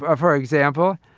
ah for example,